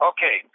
Okay